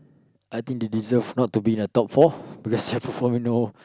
I think they deserve not to be in the top four because they're performing no